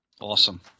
Awesome